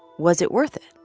was it worth it?